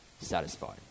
satisfied